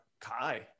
kai